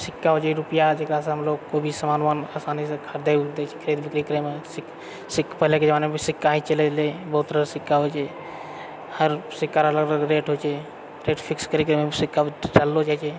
सिक्का होइत छै रुपैआ जेकरासँ हमलोग कोइ भी सामान वमान आसानीसँ खरीदए वरीदए छियै खरीद बिक्री करैमे पहिलेके जमानामे सिक्का होइत छलै बहुत तरहके सिक्का होइत छै हर सिक्का रऽ अलग अलग रेट होइत छै रेट फिक्स करिके ओहिमे सिक्का डाललो जाइत छै